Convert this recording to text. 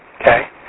Okay